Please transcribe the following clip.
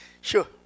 Sure